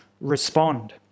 respond